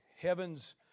heaven's